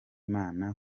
mana